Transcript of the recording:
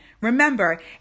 Remember